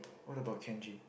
what about Kenji